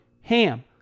HAM